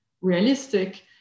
realistic